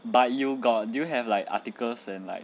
but you got do you have like articles and like